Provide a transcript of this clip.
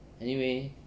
anyway